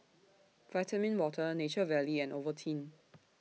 Vitamin Water Nature Valley and Ovaltine